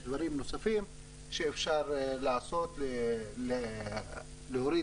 יש דברים נוספים שאפשר לעשות כדי להוריד